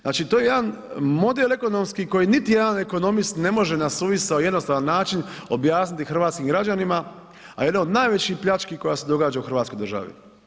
Znači to je jedan model ekonomski koji niti jedan ekonomist ne može na suvisao i jednostavan način objasniti hrvatskim građanima, a jedna od najvećih pljački koja se događa u Hrvatskoj državi.